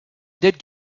did